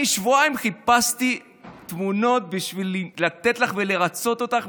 אני שבועיים חיפשתי תמונות בשביל לתת לך ולרצות אותך,